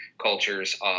cultures